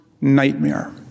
nightmare